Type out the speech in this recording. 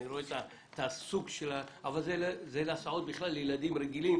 אני רואה את הסוג של הרכב אבל זה להסעות בכלל לילדים רגילים